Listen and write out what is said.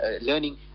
learning